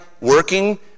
working